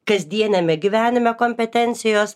kasdieniame gyvenime kompetencijos